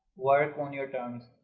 work on your terms